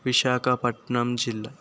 విశాఖపట్నం జిల్లా